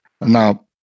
now